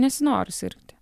nesinori sirgti